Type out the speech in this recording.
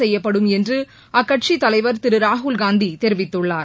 செய்யப்படும் என்று அக்கட்சித் தலைவர் திரு ராகுல்காந்தி தெரிவித்துள்ளார்